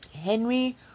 Henry